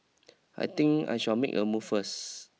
I think I shall make a move first